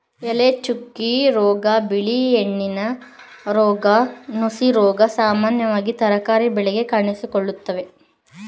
ಎಲೆಚುಕ್ಕೆ ರೋಗ, ಬಿಳಿ ಹೆಣ್ಣಿನ ರೋಗ, ನುಸಿರೋಗ ಸಾಮಾನ್ಯವಾಗಿ ತರಕಾರಿ ಬೆಳೆಗೆ ಕಾಣಿಸಿಕೊಳ್ಳುವ ರೋಗವಾಗಿದೆ